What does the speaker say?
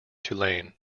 tulane